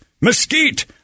mesquite